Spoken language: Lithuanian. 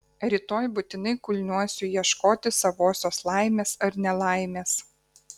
rytoj būtinai kulniuosiu ieškoti savosios laimės ar nelaimės